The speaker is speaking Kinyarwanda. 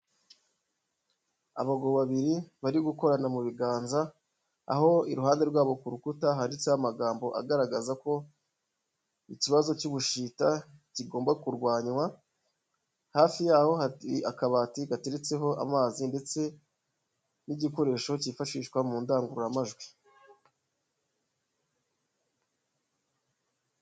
Abagabo babiri bari gukorana mu biganza aho iruhande rwabo ku rukuta handitseho amagambo agaragaza ko ikibazo cy'ubushita kigomba kurwanywa, hafi yaho hari akabati gateretseho amazi ndetse n'igikoresho kifashishwa mu ndangururamajwi.